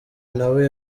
nawe